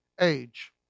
age